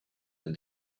and